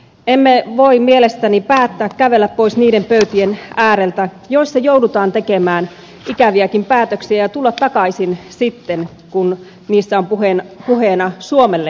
emme voi mielestäni päättää kävellä pois niiden pöytien ääreltä joissa joudutaan tekemään ikäviäkin päätöksiä ja tulla takaisin sitten kun niissä ovat puheena suomelle tärkeät asiat